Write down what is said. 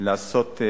לעשות את